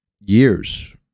years